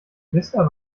bisher